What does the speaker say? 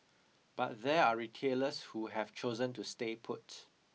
but there are retailers who have chosen to stay put